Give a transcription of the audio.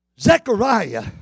Zechariah